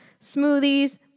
smoothies